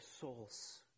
souls